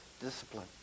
discipline